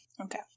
Okay